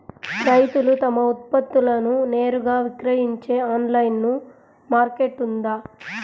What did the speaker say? రైతులు తమ ఉత్పత్తులను నేరుగా విక్రయించే ఆన్లైను మార్కెట్ ఉందా?